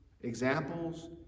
examples